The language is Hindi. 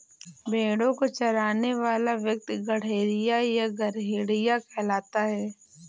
भेंड़ों को चराने वाला व्यक्ति गड़ेड़िया या गरेड़िया कहलाता है